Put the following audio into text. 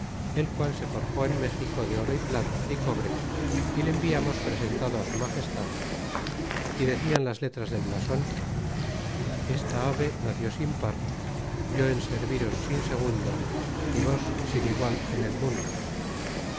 el qual se forjó en méxico de oro y plata y cobre y le enviamos presentado su magestad y decian las letras del blason esta ave nació sin par yo en serviros sin segundo y vos sin igual en el mundo